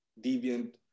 deviant